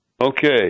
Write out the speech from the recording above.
Okay